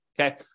Okay